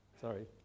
Sorry